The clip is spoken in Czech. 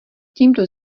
tímto